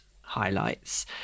highlights